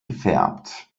gefärbt